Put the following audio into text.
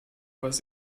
was